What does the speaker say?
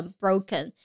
broken，